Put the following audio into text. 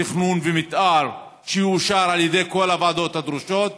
תכנון ומתאר שאושרו על ידי כל הוועדות הדרושות.